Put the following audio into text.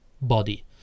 body